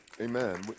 Amen